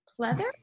pleather